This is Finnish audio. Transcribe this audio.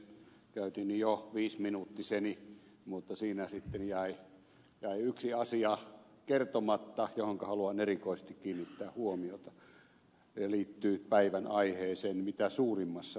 käytin jo viisiminuuttiseni mutta siinä sitten jäi yksi asia kertomatta johon haluan erikoisesti kiinnittää huomiota ja joka liittyy päivän aiheeseen mitä suurimmassa määrin